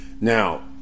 Now